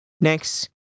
next